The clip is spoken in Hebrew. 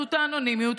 בחסות האנונימיות,